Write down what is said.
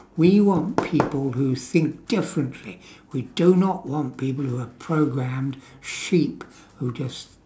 we want people who think differently we do not want people who are programmed sheep who just